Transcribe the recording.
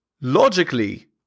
logically